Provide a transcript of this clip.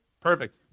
perfect